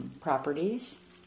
properties